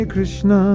Krishna